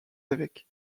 évêques